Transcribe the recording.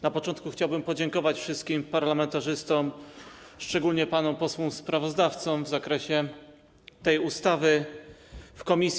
Na początku chciałbym podziękować wszystkim parlamentarzystom, szczególnie panom posłom sprawozdawcom w zakresie tej ustawy w komisji.